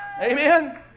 Amen